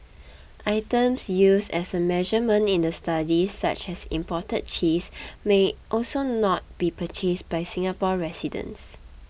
items used as a measurement in the study such as imported cheese may also not be purchased by Singapore residents